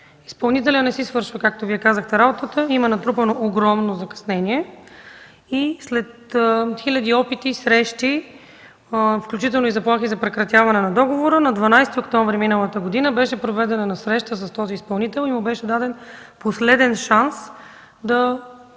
Изпълнителят не си свършва, както Вие казахте, работата, има натрупано огромно закъснение. След хиляди опити и срещи, включително и заплахи за прекратяване на договора, на 12 октомври миналата година беше проведена среща с този изпълнител и му беше даден последен шанс да